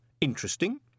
interesting